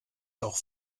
doch